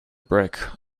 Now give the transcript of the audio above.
brick